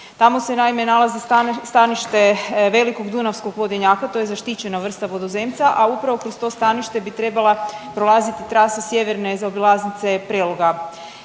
tamo se naime nalazi stanište velikog dunavskog vodenjaka, to je zaštićena vrsta vodozemca, a upravo kroz to stanište bi trebala prolaziti trasa sjeverne zaobilaznice Preloga.